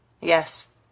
Yes